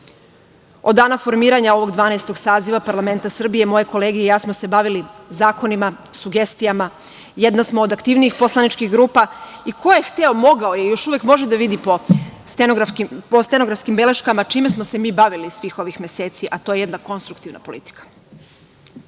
Od dana formiranja ovog Dvanaestog saziva parlamenta Srbije, moje kolege i ja smo se bavili zakonima, sugestijama, jedna smo od aktivnijih poslaničkih grupa i ko je hteo mogao je i još uvek može da vidi po stenografskim beleškama čime smo se mi bavili svih ovih meseci, a to je jedna konstruktivna politika. Osećam